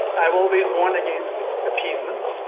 i've always warned against appeasement.